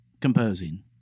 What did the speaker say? composing